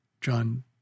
John